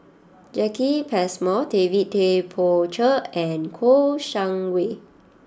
Jacki Passmore David Tay Poey Cher and Kouo Shang Wei